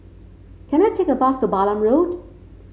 can I take a bus to Balam Road